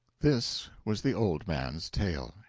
this was the old man's tale.